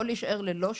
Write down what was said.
או להישאר ללא שירות,